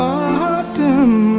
autumn